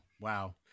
wow